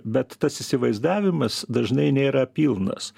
bet tas įsivaizdavimas dažnai nėra pilnas